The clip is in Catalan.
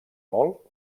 molt